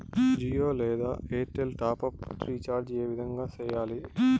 జియో లేదా Airtel top up recharge ఏ విధంగా సేయాలి